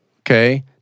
Okay